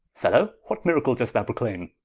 fellow, what miracle do'st thou proclayme?